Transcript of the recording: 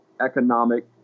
economic